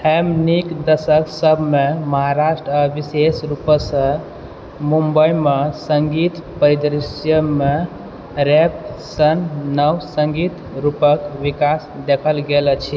हेमनिक दशक सभमे महाराष्ट्र आ विशेष रूपसँ मुम्बइमे सङ्गीत परिदृश्यमे रैप सन नव सङ्गीत रूपके विकास देखल गेल अछि